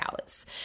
hours